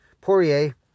Poirier